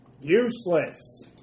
Useless